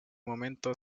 momento